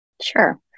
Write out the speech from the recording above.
Sure